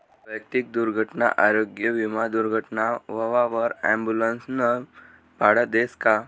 वैयक्तिक दुर्घटना आरोग्य विमा दुर्घटना व्हवावर ॲम्बुलन्सनं भाडं देस का?